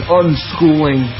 unschooling